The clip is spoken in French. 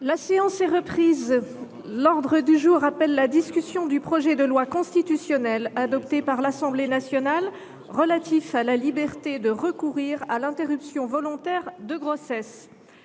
La séance est reprise. L’ordre du jour appelle la discussion du projet de loi constitutionnelle, adopté par l’Assemblée nationale, relatif à la liberté de recourir à l’interruption volontaire de grossesse